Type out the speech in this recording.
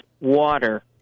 water